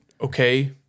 okay